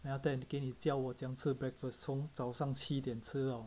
then after that 给你教我怎样吃 breakfast 从早上七点吃到